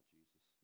Jesus